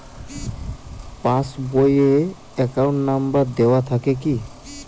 Pass বই এ account number দেওয়া থাকে কি?